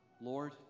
Lord